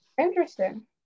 Interesting